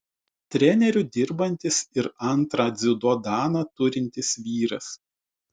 treneriu dirbantis ir antrą dziudo daną turintis vyras